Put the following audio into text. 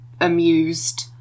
amused